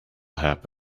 happen